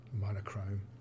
monochrome